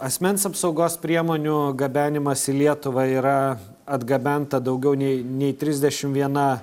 asmens apsaugos priemonių gabenimas į lietuvą yra atgabenta daugiau nei nei trisdešim viena